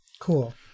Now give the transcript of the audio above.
Cool